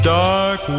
dark